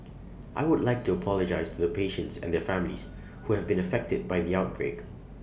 I would like to apologise to the patients and their families who have been affected by the outbreak